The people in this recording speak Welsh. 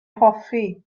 hoffi